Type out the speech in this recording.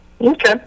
Okay